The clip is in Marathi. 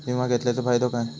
विमा घेतल्याचो फाईदो काय?